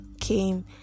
came